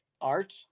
art